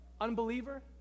unbeliever